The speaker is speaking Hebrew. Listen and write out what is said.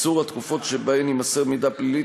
קיצור התקופות שבהן יימסר מידע פלילי,